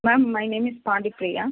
ma'am my name is Pandipriya